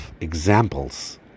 examples